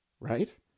Right